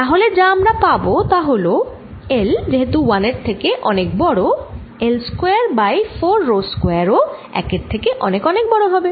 তাহলে যা আমরা পাবো তা হল L যেহেতু 1 এর থেকে অনেক অনেক বড় L square by 4 rho square ও 1 এর থেকে অনেক অনেক বড় হবে